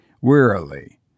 wearily